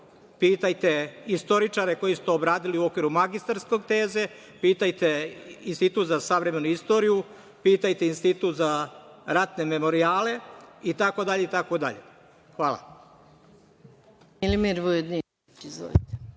Pitajte istoričare koji su to obradili u okviru magistarske teze, pitajte Institut za savremenu istoriju, pitajte Institut za ratne memorijale itd. Hvala.